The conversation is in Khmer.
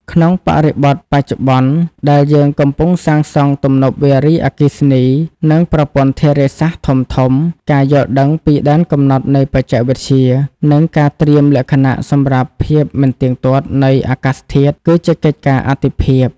ក្នុងបរិបទបច្ចុប្បន្នដែលយើងកំពុងសាងសង់ទំនប់វារីអគ្គិសនី និងប្រព័ន្ធធារាសាស្ត្រធំៗ ការយល់ដឹងពីដែនកំណត់នៃបច្ចេកវិទ្យា និងការត្រៀមលក្ខណៈសម្រាប់ភាពមិនទៀងទាត់នៃអាកាសធាតុ គឺជាកិច្ចការអាទិភាព។